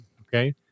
Okay